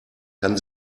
kann